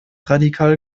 radikal